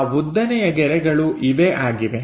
ಆ ಉದ್ದನೆಯ ಗೆರೆಗಳು ಇವೇ ಆಗಿವೆ